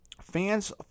fans